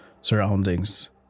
surroundings